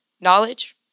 Knowledge